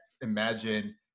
imagine